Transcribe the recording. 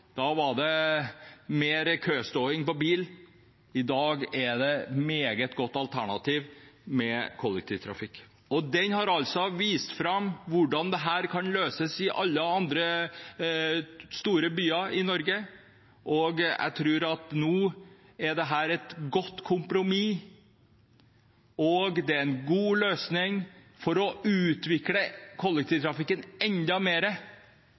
Da var det mer køståing i bil, i dag er det et meget godt alternativ med kollektivtrafikk. En har altså vist fram hvordan dette kan løses i alle andre store byer i Norge, og jeg tror at nå er dette et godt kompromiss og en god løsning for å utvikle kollektivtrafikken enda